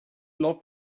log